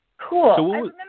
Cool